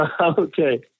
Okay